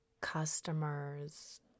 customers